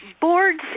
boards